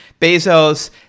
Bezos